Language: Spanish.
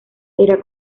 era